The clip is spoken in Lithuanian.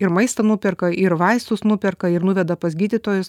ir maistą nuperka ir vaistus nuperka ir nuveda pas gydytojus